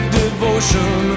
devotion